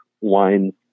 wine